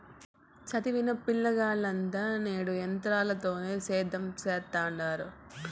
సదివిన పిలగాల్లంతా నేడు ఎంత్రాలతోనే సేద్యం సెత్తండారు